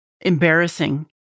embarrassing